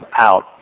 out